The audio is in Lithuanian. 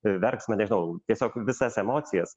verksmą nežinau tiesiog visas emocijas